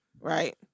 right